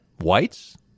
whites